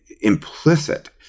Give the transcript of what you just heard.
implicit